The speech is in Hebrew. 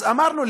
אז אמרנו,